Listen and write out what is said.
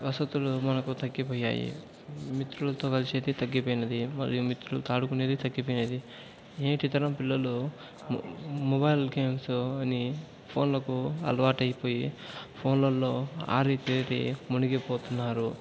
వసతులు మనకు తగ్గిపోయాయి మిత్రులతో కలిసేది తగ్గిపోయినది మరియు మిత్రులతో ఆడుకునేది తగ్గిపోయినది నేటి తరం పిల్లలు మొ మొబైల్ గేమ్స్ అని ఫోన్లకు అలవాటు అయిపోయి ఫోన్లల్లో ఆరి తేరి మునిగి పోతున్నారు